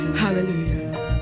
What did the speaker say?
hallelujah